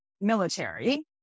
military